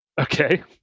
Okay